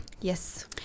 Yes